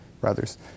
brothers